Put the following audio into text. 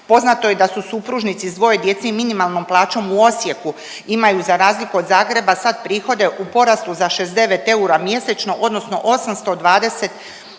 poznato je da su supružnici s dvoje djece i minimalnom plaćom u Osijeku imaju za razliku od Zagreba sad prihode u porastu za 69 eura mjesečno odnosno 828 eura